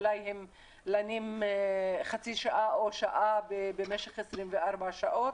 אולי הם לנים חצי שעה או שעה במשך 24 שעות.